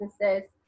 businesses